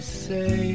say